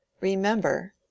Remember